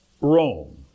Rome